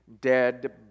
dead